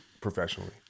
professionally